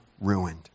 ruined